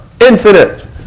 Infinite